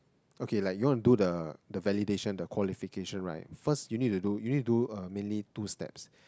okay like you want to do the the validation the qualification right first you need to do you need to do two steps